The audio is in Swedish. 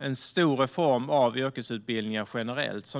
en stor reform av yrkesutbildningen generellt.